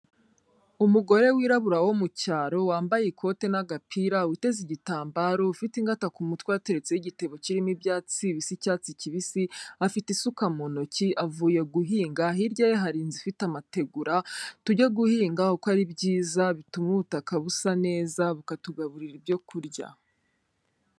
Umugore wirabura wo mu cyaro wambaye ikote n'agapira, witeze igitambaro, ufite ingata ku mutwe hatetseho igitebo kirimo ibyatsi bibisi by'icyatsi kibisi, afite isuka mu ntoki, avuye guhinga, hirya ye hari inzu ifite amategura, tujye guhinga kuko ari byiza bituma ubutaka busa neza bukatugaburira ibyo kurya.